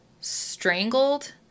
strangled